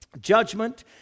judgment